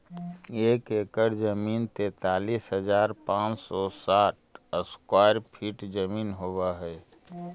एक एकड़ जमीन तैंतालीस हजार पांच सौ साठ स्क्वायर फीट जमीन होव हई